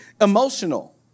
Emotional